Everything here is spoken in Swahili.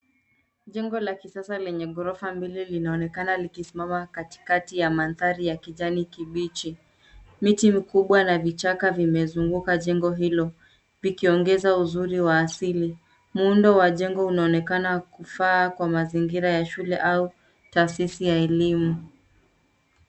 Jengo la kisasa lenye ghorofa mbili linaonekana likisimama katikati ya mandhari ya kijani kibichi. Miti mikubwa na vichaka vimezunguka jengo hilo vikiongeza uzuri wa asili. Muundo wa jengo unaonekana kufaa kwa mazingira ya shule au taasisi ya elimu.